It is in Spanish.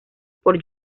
por